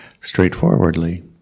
straightforwardly